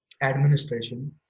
administration